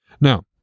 Now